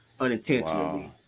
unintentionally